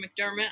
McDermott